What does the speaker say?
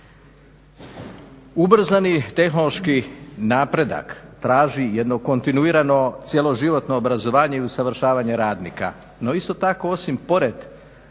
Ubrzani tehnološki napredak traži jedno kontinuirano cjeloživotno obrazovanje i usavršavanje radnika. No, isto tako osim pored